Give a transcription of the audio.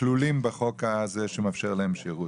כבר יהיו כלולים בחוק הזה שמאפשר להם שירות.